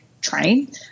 train